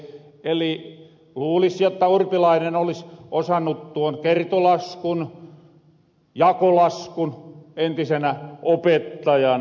eli luulis jotta urpilainen olis osannut tuon kertolaskun jakolaskun entisenä opettajana